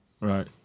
Right